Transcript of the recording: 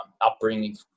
upbringing